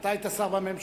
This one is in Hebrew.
אתה היית שר בממשלה.